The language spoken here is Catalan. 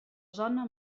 zona